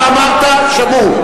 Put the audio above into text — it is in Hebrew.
אתה אמרת, שמעו.